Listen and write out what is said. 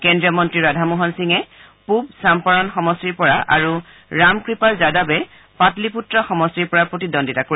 কেন্দ্ৰীয় মন্ত্ৰী ৰাধামোহন সিঙে পূৱ চাম্পৰণ সমষ্টিৰ পৰা আৰু ৰামকৃপাল যাদৱে পাটলিপুত্ৰ সমষ্টিৰ পৰা প্ৰতিদ্বন্দ্বিতা কৰিব